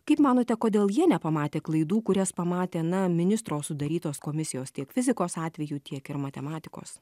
kaip manote kodėl jie nepamatė klaidų kurias pamatė na ministro sudarytos komisijos tiek fizikos atveju tiek ir matematikos